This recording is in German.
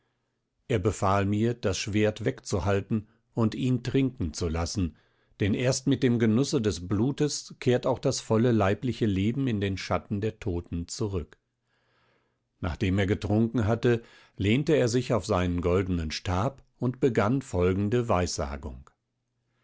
er befahl mir das schwert wegzuhalten und ihn trinken zu lassen denn erst mit dem genusse des blutes kehrt auch das volle leibliche leben in den schatten der toten zurück nachdem er getrunken hatte lehnte er sich auf seinen goldenen stab und begann folgende weissagung